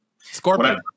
Scorpion